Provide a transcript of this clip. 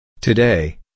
Today